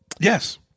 Yes